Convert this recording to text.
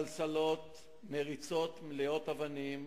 סלסילות ומריצות מלאות אבנים.